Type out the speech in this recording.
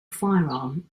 firearm